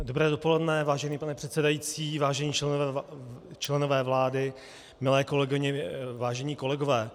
Dobré dopoledne, vážený pane předsedající, vážení členové vlády, milé kolegyně, vážení kolegové.